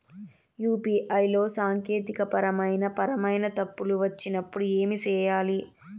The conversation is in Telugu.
యు.పి.ఐ లో సాంకేతికపరమైన పరమైన తప్పులు వచ్చినప్పుడు ఏమి సేయాలి